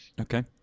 Okay